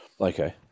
Okay